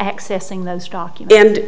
accessing those documents and